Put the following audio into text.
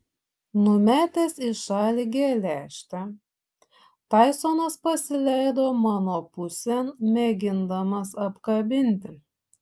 numetęs į šalį geležtę taisonas pasileido mano pusėn mėgindamas apkabinti